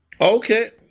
Okay